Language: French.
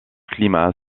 climat